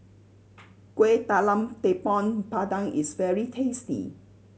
Kueh Talam Tepong Pandan is very tasty